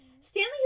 Stanley